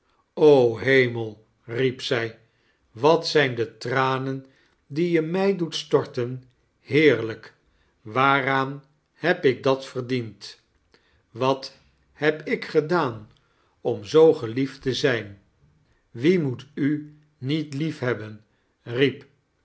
hemel riep zij wat zijn de tranen die je mij doet storten toigerlijk waaraan heb ik dat verdiend wat heb ik gedaan om zoo geliefd te zijn wie moet u niet liefhebben